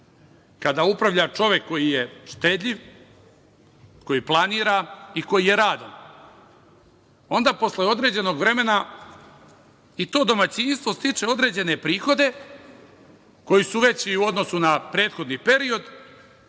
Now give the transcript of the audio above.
kada upravlja čovek koji je štedljiv, koji planira i koji je radan, onda posle određenog vremena i to domaćinstvo stiče određene prihode koji su veći u odnosu na prethodni period,